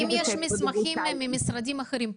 האם יש מסמכים ממשרדים אחרים?